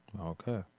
Okay